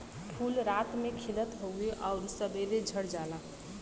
फूल रात में खिलत हउवे आउर सबेरे झड़ जाला